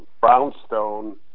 brownstone